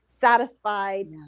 satisfied